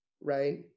Right